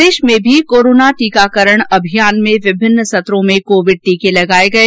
प्रदेश में भी कोरोना टीकाकरण अभियान में विभिन्न सत्रों में कोविड टीके लगाये गये